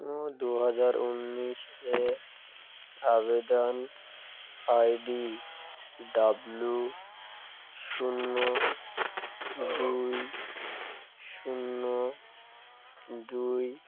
দু হাজার উনিশে আবেদন আইডি ডাবলু শূন্য দুই শূন্য দুই